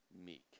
meek